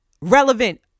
relevant